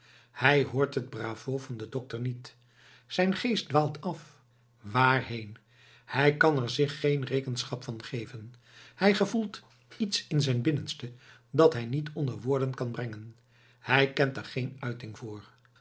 hij hoort het bravo van den dokter niet zijn geest dwaalt af waarheen hij kan er zich geen rekenschap van geven hij gevoelt iets in zijn binnenste dat hij niet onder woorden kan brengen hij kent er geen uiting voor